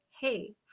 hey